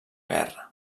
guerra